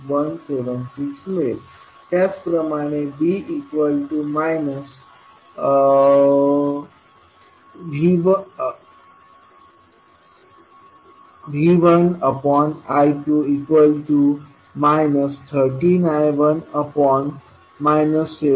176 मिळेल त्याचप्रमाणे B V1I2 13I1 1720I115